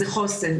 זה חוסן,